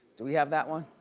do we have that one?